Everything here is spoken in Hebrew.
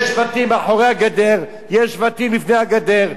יש שבטים מאחורי הגדר, יש שבטים לפני הגדר.